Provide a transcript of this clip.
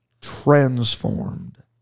transformed